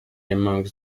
amongst